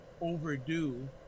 overdue